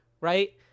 right